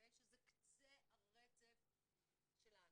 שזה קצה הרצף שלנו.